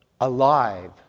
alive